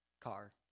car